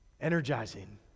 Energizing